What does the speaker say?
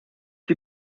die